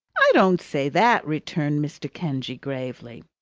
i don't say that, returned mr. kenge gravely.